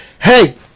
Hey